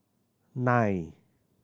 nine